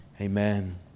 Amen